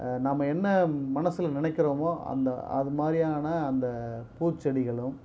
நாம்ம என்ன மனதுல நினைக்கிறோமோ அந்த அது மாதிரியனா அந்த பூ செடிகளும்